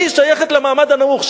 אני שייכת למעמד הנמוך.